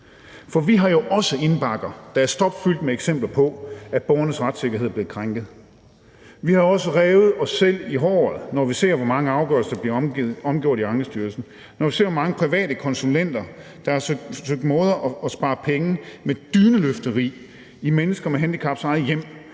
For vi har jo også indbakker, der er stopfyldte med eksempler på, at borgernes retssikkerhed bliver krænket. Vi har også revet os selv i håret, når vi ser, hvor mange afgørelser der bliver omgjort i Ankestyrelsen; når vi ser, hvor mange private konsulenter, der med dyneløfteri i handicappedes eget hjem